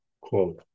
quote